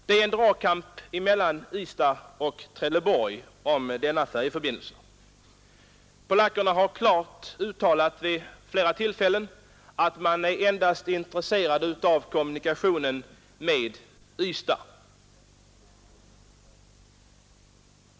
Det är en dragkamp mellan Ystad och Trelleborg om denna färjeförbindelse. Polackerna har vid flera tillfällen klart uttalat att de endast är intresserade av kommunikationen med Ystad.